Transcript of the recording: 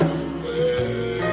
away